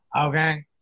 Okay